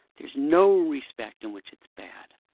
there's no respect in which it's bad.